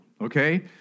okay